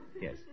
Yes